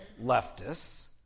leftists